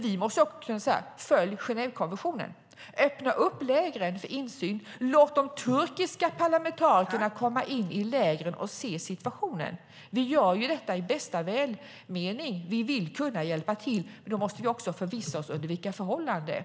Vi måste också kunna uppmana dem till att följa Genèvekonventionen. Öppna lägren för insyn. Låt de turkiska parlamentarikerna komma in i lägren och se situationen. Vi gör detta i bästa välmening. Vi vill hjälpa till. Då måste vi vara förvissade om förhållandena.